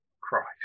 Christ